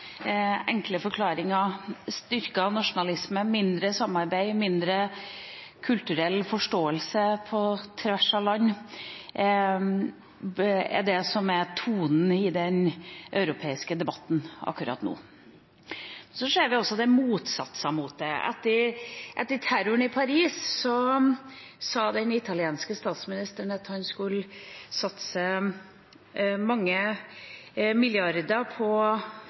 enkle løsninger og enkle forklaringer styrker nasjonalisme. Mindre samarbeid og mindre kulturell forståelse på tvers av land er det som er tonen i den europeiske debatten akkurat nå. Så ser vi at det også er motsatser. Etter terroren i Paris sa den italienske statsministeren at han skulle satse mange milliarder på